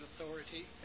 authority